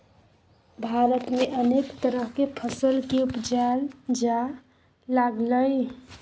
भारत में अनेक तरह के फसल के उपजाएल जा लागलइ